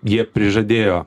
jie prižadėjo